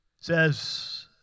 says